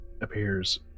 appears